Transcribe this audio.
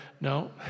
No